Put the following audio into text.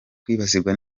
kwibasirwa